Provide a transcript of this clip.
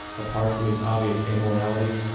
apart from these obvious amoralities,